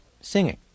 singing